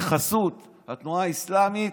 בחסות התנועה האסלאמית?